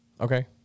Okay